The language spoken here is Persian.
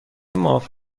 معاف